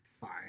Fine